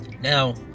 Now